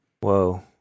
Whoa